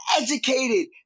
educated